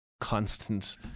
constant